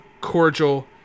cordial